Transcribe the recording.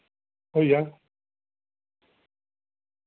होई जाह्ग